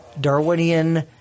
Darwinian –